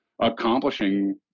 accomplishing